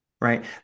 right